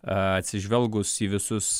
atsižvelgus į visus